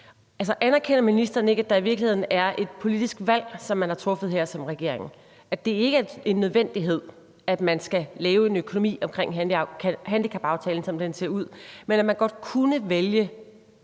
Anerkender ministeren ikke, at der i virkeligheden er et politisk valg, som man har truffet her som regering, altså at det ikke er en nødvendighed, at man skal lave en økonomi omkring handicapaftalen, som den ser ud, men at man godt kunne vælge